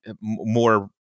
more